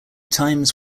times